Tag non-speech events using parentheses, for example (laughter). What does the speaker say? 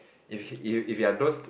if you if you are those (noise)